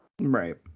Right